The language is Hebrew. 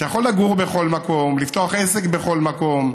אתה יכול לגור בכל מקום, לפתוח עסק בכל מקום,